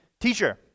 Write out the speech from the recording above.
Teacher